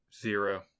Zero